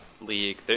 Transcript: league